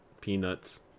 peanuts